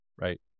right